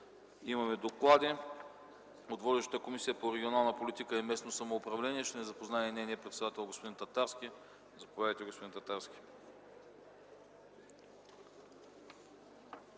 С доклада на водещата Комисия по регионална политика и местно самоуправление ще ни запознае нейният председател господин Татарски. Заповядайте, господин Татарски.